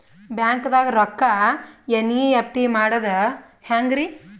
ಬ್ಯಾಂಕ್ದಾಗ ರೊಕ್ಕ ಎನ್.ಇ.ಎಫ್.ಟಿ ಮಾಡದ ಹೆಂಗ್ರಿ?